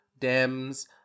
Dems